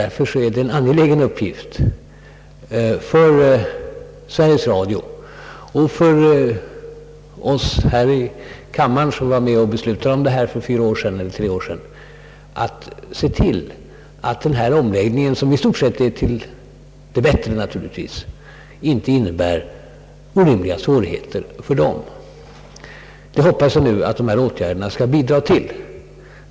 Därför är det en angelägen uppgift för Sveriges Radio och för oss här i kammaren som var med och beslutade denna sak för tre, fyra år sedan att se till att denna omläggning, som naturligtvis i stort sett kommer att medföra en förbättring, inte innebär orimliga svårigheter för dem. Jag hoppas att dessa nya åtgärder skall bidraga till en sådan förbättring.